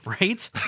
Right